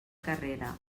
carrera